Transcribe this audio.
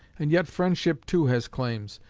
and yet friendship, too, has claims,